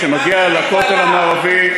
שמגיע לכותל המערבי,